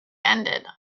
ended